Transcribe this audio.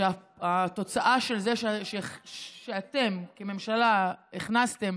שהתוצאה של זה שאתם, כממשלה, הכנסתם